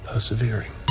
Persevering